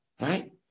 Right